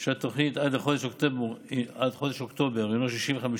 של התוכנית עד לחודש אוקטובר הוא כ-65%